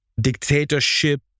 dictatorship